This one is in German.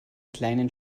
kleinen